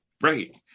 Right